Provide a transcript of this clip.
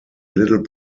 little